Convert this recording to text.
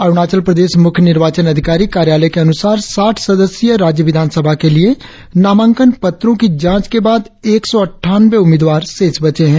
अरुणाचल प्रदेश मुख्य निर्वाचन अधिकारी कार्यालय के अनुसार साठ सदस्य राज्य विधान सभा के लिए नामांकन पत्रों की जांच के बाद एक सौ अट्ठानवें उम्मीदवार बचे है